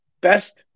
best